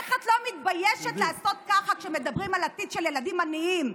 איך את לא מתביישת לעשות ככה כשמדברים על עתיד של ילדים עניים?